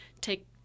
take